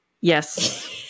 Yes